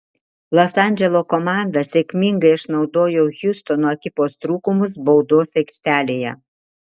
los andželo komanda sėkmingai išnaudojo hjustono ekipos trūkumus baudos aikštelėje